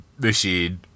machine